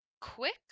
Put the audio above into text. quick